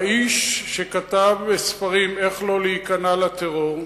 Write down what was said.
האיש כתב ספרים איך לא להיכנע לטרור,